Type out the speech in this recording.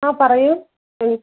ആ പറയൂ എനി